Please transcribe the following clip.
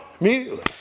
Immediately